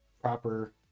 proper